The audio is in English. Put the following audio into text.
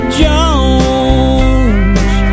jones